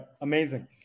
Amazing